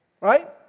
Right